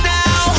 now